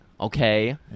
okay